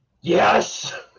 Yes